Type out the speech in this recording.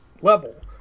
level